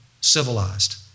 civilized